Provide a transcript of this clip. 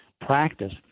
practice